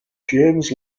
james